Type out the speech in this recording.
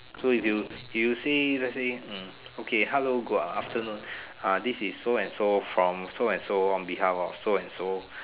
so if you if you see let's say hmm okay hello good afternoon ah this is so and so from so and so on behalf of so and so